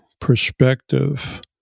perspective